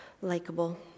likable